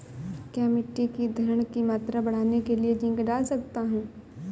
क्या मिट्टी की धरण की मात्रा बढ़ाने के लिए जिंक डाल सकता हूँ?